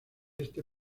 este